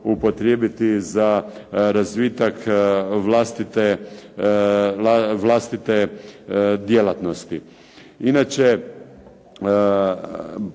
upotrijebiti za razvitak vlastite djelatnosti.